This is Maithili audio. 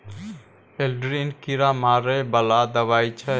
एल्ड्रिन कीरा मारै बला दवाई छै